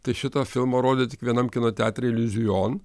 tai šitą filmą rodė tik vienam kino teatre iliuzijon